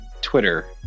Twitter